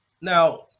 Now